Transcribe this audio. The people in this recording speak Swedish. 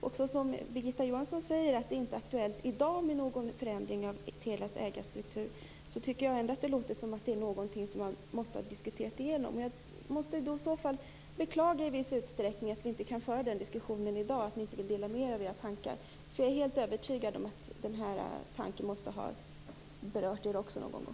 Även om Birgitta Johansson säger att det inte i dag är aktuellt med någon förändring av Telias ägarstruktur, tycker jag ändå att det låter som om det är någonting som man måste ha diskuterat igenom. Jag måste i viss utsträckning beklaga att vi inte kan föra den diskussionen i dag, att ni inte vill dela med er av era tankar, för jag är helt övertygad om att ni måste ha berört den här tanken någon gång.